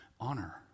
honor